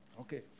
Okay